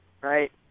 right